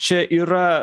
čia yra